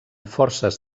forces